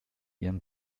ihren